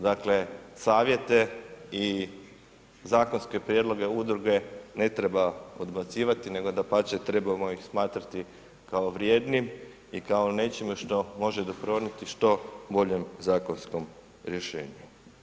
Dakle, savjete i zakonske prijedloge udruge ne treba odbacivati nego dapače trebamo ih smatrati kao vrijednim i kao nečime što može doprinijeti što boljem zakonskom rješenju.